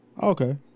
Okay